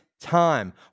time